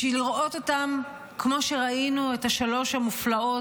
בשביל לראות אותם כמו שראינו את שלוש המופלאות,